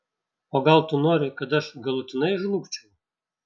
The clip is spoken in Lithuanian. o gal tu nori kad aš galutinai žlugčiau